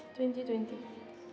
twenty twenty